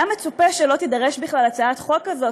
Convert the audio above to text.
היה מצופה שלא תידרש בכלל הצעת חוק כזאת